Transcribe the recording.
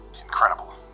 incredible